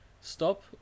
Stop